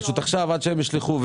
פשוט עד שהם ישלחו,